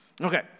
Okay